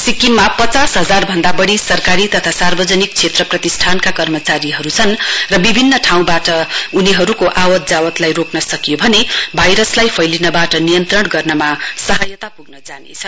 सिक्किममा पचास हजार भन्दा वढ़ी सरकारी तथा सार्वजनिक क्षेत्र प्रतिष्ठानका कर्मचारीहरु छन् र विभिन्न ठाउँवाट उनीहरुको आवतजावतलाई रोक्न सकियो भने भाइरसलाई फैलिनवाट नियन्त्रण गर्नमा सहायता पुग्न जानेछ